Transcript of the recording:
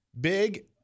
Big